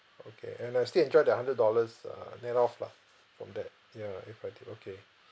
okay and I still enjoy that hundred dollars err nett off lah from that ya if I take okay